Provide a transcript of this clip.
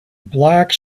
black